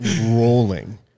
rolling